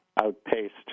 outpaced